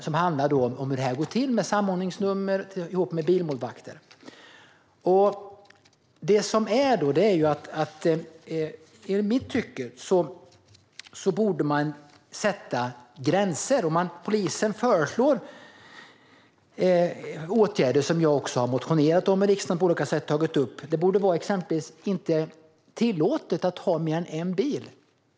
Den handlar om hur det går till med samordningsnummer och bilmålvakter. Enligt min åsikt borde man sätta gränser. Polisen föreslår åtgärder som jag också har motionerat om i riksdagen. Det borde till exempel inte vara tillåtet att ha mer än en bil.